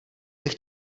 bych